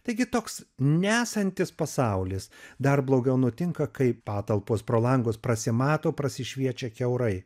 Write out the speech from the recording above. taigi toks nesantis pasaulis dar blogiau nutinka kai patalpos pro langus prasimato prasišviečia kiaurai